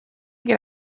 get